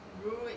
rude